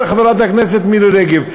חברת הכנסת מירי רגב,